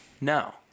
No